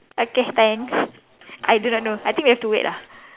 okay thanks I do not know I think we have to wait ah